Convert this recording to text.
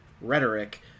rhetoric